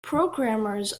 programmers